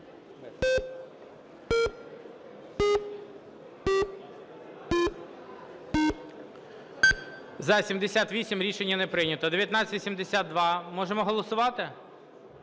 За-78 Рішення не прийнято. 1982. Можемо голосувати?